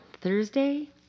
Thursday